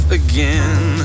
again